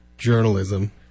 journalism